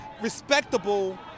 respectable